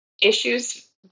issues